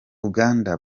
uganda